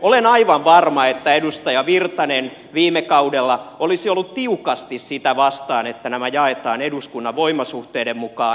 olen aivan varma että edustaja virtanen viime kaudella olisi ollut tiukasti sitä vastaan että nämä jaetaan eduskunnan voimasuhteiden mukaan